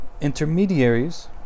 Intermediaries